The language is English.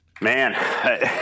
Man